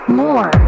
more